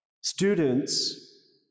students